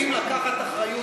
אנחנו צריכים לקחת אחריות,